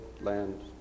Land